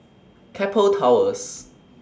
Keppel Towers